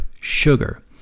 sugar